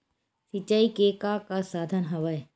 सिंचाई के का का साधन हवय?